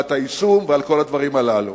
לוועדת היישום ועל כל הדברים הללו.